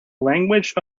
language